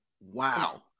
Wow